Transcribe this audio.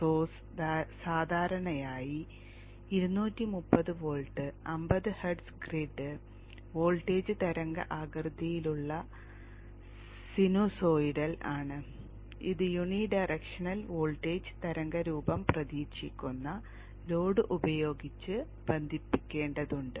source സാധാരണയായി 230 volt 50 hertz grid voltage തരംഗ ആകൃതിയിലുള്ള സിനുസോയ്ഡൽ ആണ് ഇത് യൂണിഡയറക്ഷനൽ വോൾട്ടേജ് തരംഗരൂപം പ്രതീക്ഷിക്കുന്ന ലോഡ് ഉപയോഗിച്ച് ബന്ധിപ്പിക്കേണ്ടതുണ്ട്